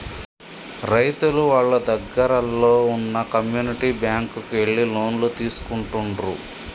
రైతులు వాళ్ళ దగ్గరల్లో వున్న కమ్యూనిటీ బ్యాంక్ కు ఎళ్లి లోన్లు తీసుకుంటుండ్రు